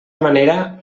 manera